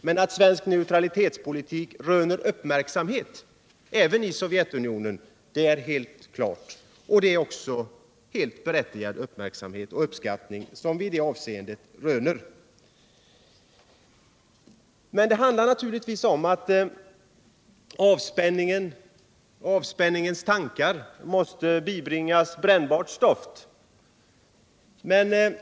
Men att svensk neutralitetspolitik röner uppmärksamhet, även i Sovjetunionen, är helt klart. Det är också en helt berättigad uppmärksamhet och uppskattning som vi i det avseendet röner. Avspänningens tankar måste naturligtvis tillföras brännbart stoff.